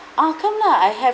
ah come lah I have